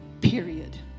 period